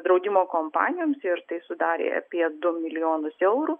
draudimo kompanijoms ir tai sudarė apie du milijonus eurų